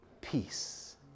peace